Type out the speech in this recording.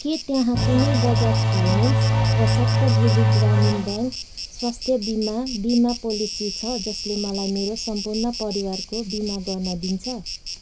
के त्यहाँ कुनै बजाज फाइनेन्स वा सप्तगिरि ग्रामीण ब्याङ्क स्वास्थ्य बिमा बिमा पोलेसी छ जसले मलाई मेरो सम्पूर्ण परिवारको बिमा गर्न दिन्छ